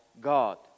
God